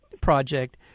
project